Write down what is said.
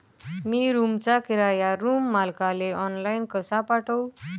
मी रूमचा किराया रूम मालकाले ऑनलाईन कसा पाठवू?